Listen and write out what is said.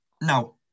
Now